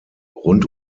rund